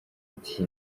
ati